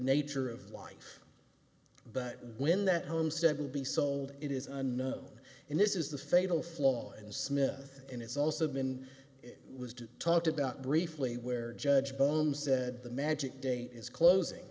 nature of life but when that homestead will be sold it is a no and this is the fatal flaw in smith and it's also been it was to talked about briefly where judge combs said the magic date is closing